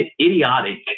idiotic